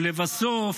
ולבסוף,